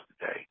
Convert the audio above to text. today